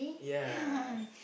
ya